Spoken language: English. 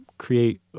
Create